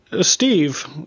Steve